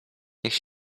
niech